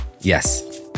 yes